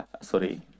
sorry